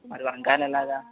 మరి వంకాయలు ఎలాగా